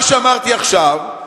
מה שאמרתי עכשיו,